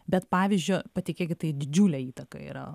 bet pavyzdžio patikėkit tai didžiulė įtaka yra